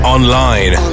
Online